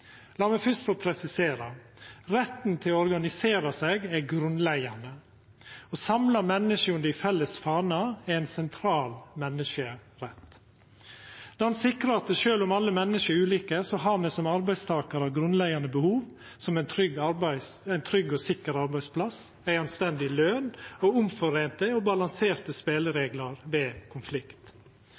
La meg først få presisera: Retten til å organisera seg er grunnleggjande. Å samla menneske under ei felles fane er ein sentral menneskerett. Det sikrar at sjølv om alle menneske er ulike, har me som arbeidstakarar grunnleggjande behov, som ein trygg og sikker arbeidsplass, ei anstendig løn og omforeinte og balanserte spelereglar ved konflikt.